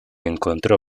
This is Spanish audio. encontró